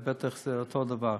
ובטח זה אותו הדבר.